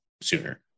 sooner